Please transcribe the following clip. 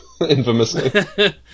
infamously